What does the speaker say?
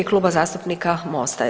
Kluba zastupnika Mosta.